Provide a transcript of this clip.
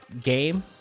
game